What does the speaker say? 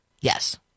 Yes